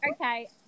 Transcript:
okay